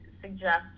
suggest